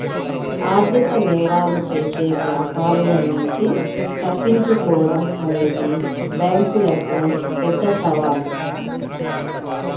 ఆర్థిక నేరాలు చేసే వ్యాపారుల నుంచి తప్పించుకోడం అనేది బ్యేంకులకు పెద్ద సవాలు